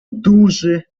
duży